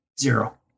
zero